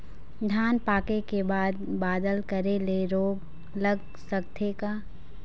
धान पाके के बाद बादल करे ले रोग लग सकथे का?